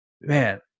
man